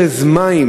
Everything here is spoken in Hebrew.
לא ברז מים,